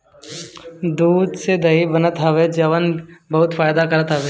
दूध से दही बनत हवे जवन की बहुते फायदा करत हवे